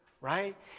right